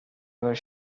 was